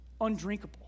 undrinkable